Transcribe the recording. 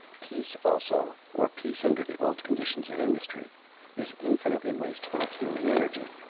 peace, also or peace under the old conditions of industry is infinitely wasteful of human energy.